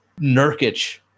Nurkic